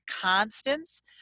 constants